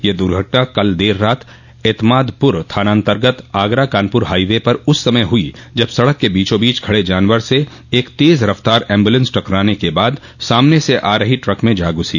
यह द्र्घटना कल देर रात एत्मादपुर थानान्तर्गत आगरा कानपुर हाई वे पर उस समय हुई जब सड़क के बीचोबीच खड़े जानवर से एक तेज रफ्तार एम्बुलेंस टकराने के बाद सामने से आ रहे ट्रक में जा घुसी